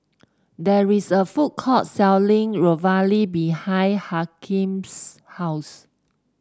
there is a food court selling Ravioli behind Hakeem's house